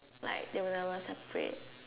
like they never separate